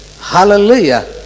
Hallelujah